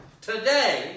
today